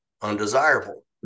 undesirable